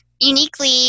uniquely